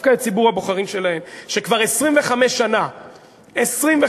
שכבר 25 שנה מדברים,